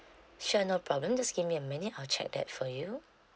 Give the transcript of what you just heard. sure no problem just give me a minute I will check that for you